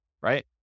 right